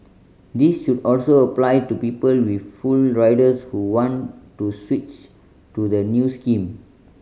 this should also apply to people with full riders who want to switch to the new scheme